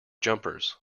jumpers